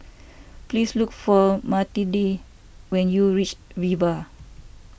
please look for Matilde when you reach Viva